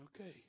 Okay